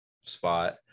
spot